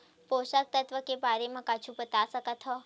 पोषक तत्व के बारे मा कुछु बता सकत हवय?